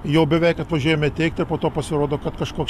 jau beveik atvažiuojame teikti ir po to pasirodo kad kažkoks